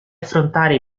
affrontare